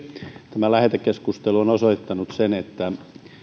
tämä lähetekeskustelu on on osoittanut sen että